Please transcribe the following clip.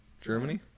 Germany